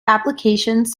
applications